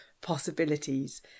possibilities